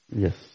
Yes